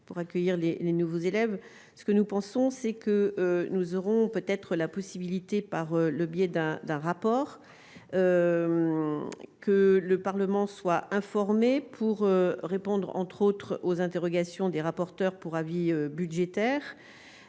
pour accueillir les nouveaux élèves ce que nous pensons, c'est que nous aurons peut-être la possibilité, par le biais d'un d'un rapport que le Parlement soit informé pour répondre, entre autres, aux interrogations des rapporteurs pour avis budgétaires